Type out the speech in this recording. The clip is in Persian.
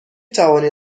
توانید